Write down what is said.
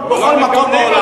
בכל מקום בעולם.